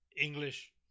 English